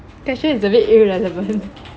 question is a bit irrelevant